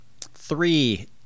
three